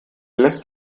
lässt